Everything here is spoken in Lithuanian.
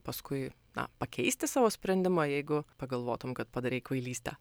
paskui na pakeisti savo sprendimą jeigu pagalvotum kad padarei kvailystę